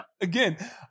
again